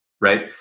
right